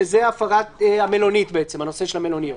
שזה הנושא של המלוניות.